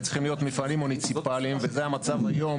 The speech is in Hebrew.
צריכים להיות מפעלים מוניציפליים וזה המצב היום.